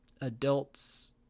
adults